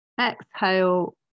exhale